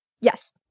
Yes